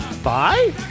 Bye